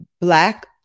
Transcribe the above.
black